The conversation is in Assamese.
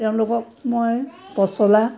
তেওঁলোকক মই পচলা